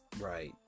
Right